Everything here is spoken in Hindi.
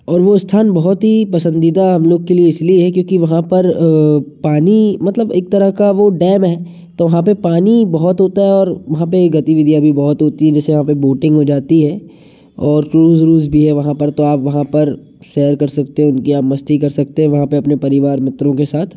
और वो स्थान बहुत ही पसंदीदा हम लोग के लिए इस लिए है क्योंकि वहाँ पर पानी मतलब एक तरह का वो डैम है तो वहाँ पर पानी बहुत होता है और वहाँ पर गतिविधियाँ भी बहुत होती हैं जैसे यहाँ पर बोटिंग हो जाती है और क्रुज़ उरूज़ भी है वहाँ पर तो आप वहाँ पर सैर कर सकते है या मस्ती कर सकते हैं वहाँ पर अपने परिवार मित्रों के साथ